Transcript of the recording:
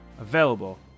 available